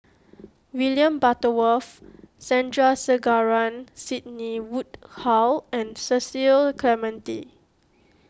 William Butterworth Sandrasegaran Sidney Woodhull and Cecil Clementi